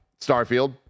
Starfield